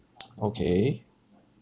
okay